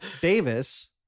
Davis